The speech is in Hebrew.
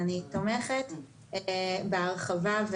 אני תומכת בהרחבה.